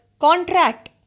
contract